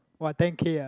!wah! ten-K ah